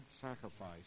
sacrifice